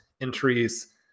entries